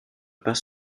pas